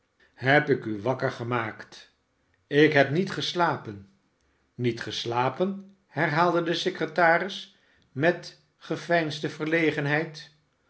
heb ik u wakker gemaakt ik heb niet geslapen niet geslapen herhaalde de secretaris met geveinsde verlegenheid